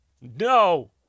No